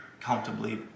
comfortably